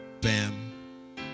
bam